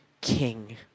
king